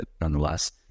nonetheless